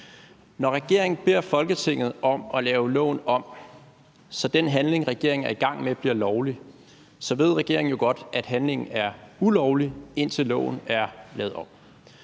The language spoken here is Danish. Når regeringen beder Folketinget om at lave loven om, så den handling, regeringen er i gang med, bliver lovlig, så ved regeringen jo godt, at handlingen er ulovlig, indtil loven er lavet om.